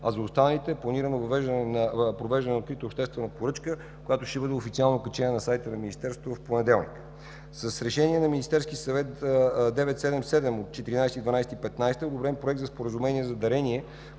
а за останалите е планирано провеждане на открита обществена поръчка, която ще бъде официално качена на сайта на Министерството в понеделник. С Решение на Министерския съвет № 977 от 14 декември 2015 г. е одобрен Проект за споразумение за дарение,